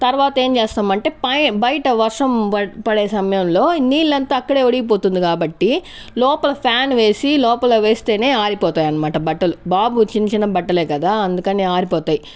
తర్వాత ఏం చేస్తామంటే పై బయట వర్షం బడే పడే సమయంలో నీళ్లంతా అక్కడే ఓడిగిపోతుంది కాబట్టి లోపల ఫ్యాన్ వేసి లోపల వేస్తేనే ఆరిపోతాయన్మాట బట్టలు బాబు చిన్న చిన్న బట్టలే కదా అందుకని ఆరిపోతాయి